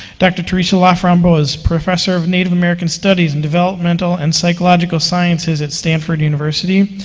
dr. teresa lafromboise is professor of native american studies and developmental and psychological sciences at stanford university,